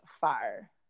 fire